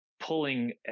Pulling